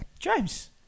James